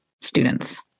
students